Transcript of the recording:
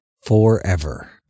forever